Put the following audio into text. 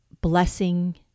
blessing